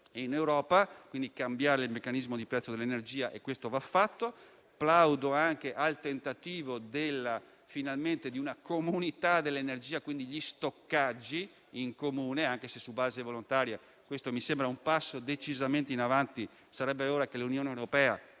in Europa al fine di cambiare il meccanismo del prezzo dell'energia: questo va fatto. Plaudo anche al tentativo di realizzare finalmente una comunità dell'energia, quindi gli stoccaggi in comune, anche se su base volontaria: questo mi sembra un passo decisamente in avanti e sarebbe ora che l'Unione europea